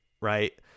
right